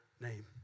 name